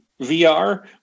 VR